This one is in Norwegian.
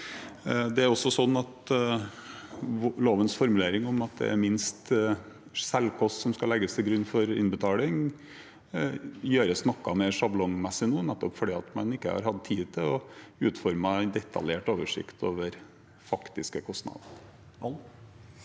med statens midler. Lovens formulering om at det er minst selvkost som skal legges til grunn for innbetaling, gjøres nå noe mer sjablongmessig, nettopp fordi man ikke har hatt tid til å utforme en detaljert oversikt over faktiske kostnader.